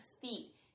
feet